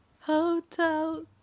Hotel